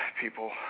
people